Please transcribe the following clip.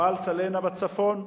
מפעל "סלינה" בצפון,